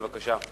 בבקשה.